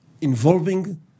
involving